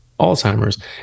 alzheimer's